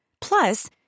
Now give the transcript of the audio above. Plus